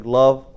love